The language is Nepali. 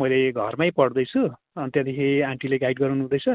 मैले घरमै पढ्दैछु अनि त्यहाँदेखि आन्टीले गाइड गराउनु हुँदैछ